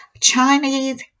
Chinese